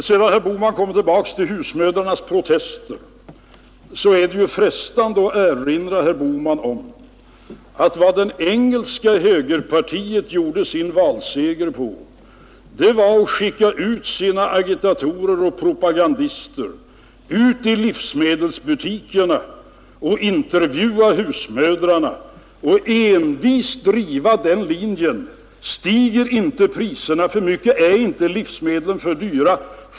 När sedan herr Bohman kommer tillbaka till husmödrarnas protester så är det frestande att erinra herr Bohman om, att det engelska högerpartiet gjorde sin valseger på att skicka ut sina agitatorer och propagandister till livsmedelsbutikerna för att intervjua husmödrarna. Man drev envist linjen: Stiger inte priserna för mycket? Är inte livsmedlen för dyra?